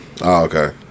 Okay